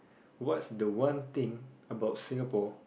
what's the one thing about Singapore